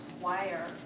wire